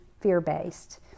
fear-based